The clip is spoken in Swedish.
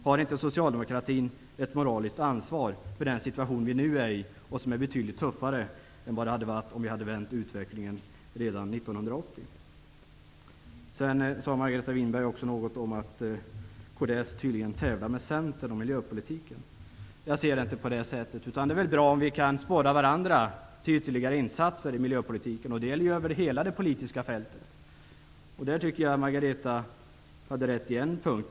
Har inte socialdemokratin ett moraliskt ansvar för den situation som nu råder och som är betydligt tuffare än vad den hade blivit om utvecklingen hade vänts redan 1980? Margareta Winberg sade också något om att kds tydligen tävlar med Centern om miljöpolitiken. Jag ser det inte så. Det är väl bra om vi kan sporra varandra till ytterligare insatser i miljöpolitiken. Det gäller över hela det politiska fältet. Där tycker jag att Margareta Winberg hade rätt på en punkt.